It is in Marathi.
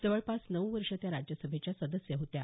जवळपास नऊ वर्ष त्या राज्यसभेच्या सदस्य होत्या